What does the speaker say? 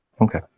Okay